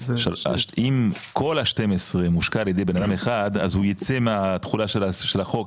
אז עם כל ה-12 מושקע על ידי בן אדם אחד אז הוא יצא מהתחולה של החוק,